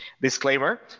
Disclaimer